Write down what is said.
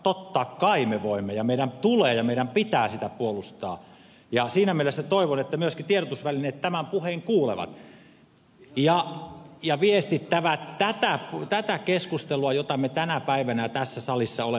totta kai me voimme ja meidän tulee ja meidän pitää sitä puolustaa ja siinä mielessä toivon että myöskin tiedotusvälineet tämän puheen kuulevat ja viestittävät tätä keskustelua jota me tänä päivänä tässä salissa olemme käyneet